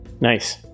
nice